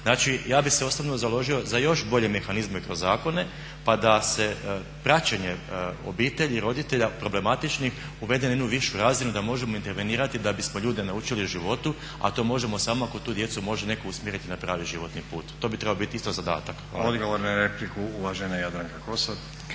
Znači, ja bih se osobno založio za još bolje mehanizme kroz zakone pa da se praćenje obitelji i roditelja problematičnih uvede na jednu višu razinu da možemo intervenirati da bismo ljude naučili životu. A to možemo samo ako tu djecu može netko usmjeriti na pravi životni put. To bi trebao biti isto zadatak. Hvala. **Stazić, Nenad